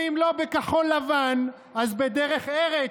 ואם לא בכחול לבן אז בדרך ארץ,